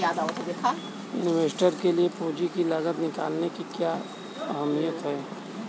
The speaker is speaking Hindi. इन्वेस्टर के लिए पूंजी की लागत निकालने की क्या अहमियत है?